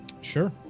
Sure